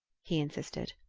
he insisted.